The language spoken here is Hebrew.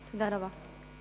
תודה רבה.